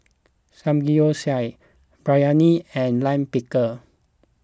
Samgeyopsal Biryani and Lime Pickle